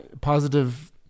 positive